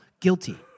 guilty